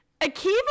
Akiva